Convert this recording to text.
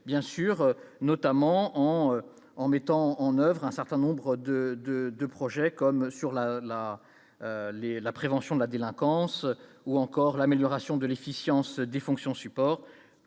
bien sûr notamment en en mettant en oeuvre un certain nombre de, de, de projets, comme sur la la les la prévention de la délinquance ou encore l'amélioration de l'efficience des fonctions support